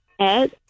Ed